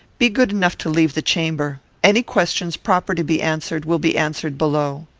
be good enough to leave the chamber. any questions proper to be answered will be answered below.